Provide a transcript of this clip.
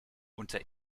unter